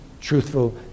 truthful